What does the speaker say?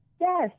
Yes